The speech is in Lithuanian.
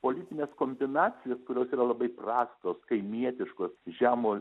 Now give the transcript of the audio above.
politines kombinacijas kurios yra labai prastos kaimietiškos žemo